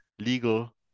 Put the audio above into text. legal